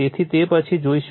તેથી તે પછીથી જોઈશુ